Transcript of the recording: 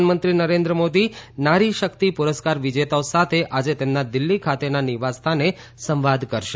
પ્રધાનમંત્રી નરેન્દ્ર મોદી નારીશક્તિ પુરસ્કાર વિજેતાઓ સાથે આજે તેમના દિલ્હી ખાતેના નિવાસસ્થાને સંવાદ કરશે